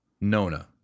Nona